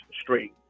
straight